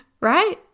right